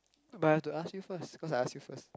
but I have to ask you first cause I ask you first